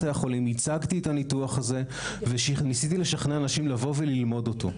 הצגתי את הניתוח וניסיתי לשכנע אנשים לבוא וללמוד אותו.